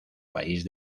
país